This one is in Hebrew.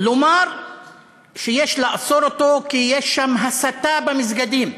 לומר שיש לאסור אותו, כי יש שם הסתה, במסגדים.